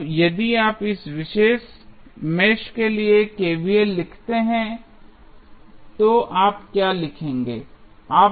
अब यदि आप इस विशेष मेष के लिए KVL लिखते हैं तो आप क्या लिखेंगे